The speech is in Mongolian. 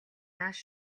нааш